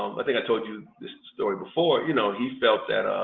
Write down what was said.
um i think i told you this story before. you know he felt that